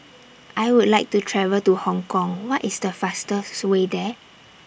I Would like to travel to Hong Kong What IS The fastest Way There